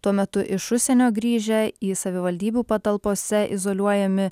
tuo metu iš užsienio grįžę į savivaldybių patalpose izoliuojami